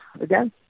again